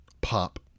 Pop